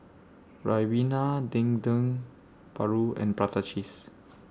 Ribena Dendeng Paru and Prata Cheese